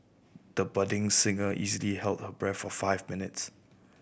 the budding singer easily held her breath for five minutes